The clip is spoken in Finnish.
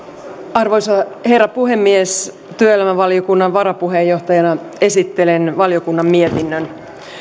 arvoisa herra puhemies työelämävaliokunnan varapuheenjohtajana esittelen valiokunnan mietinnön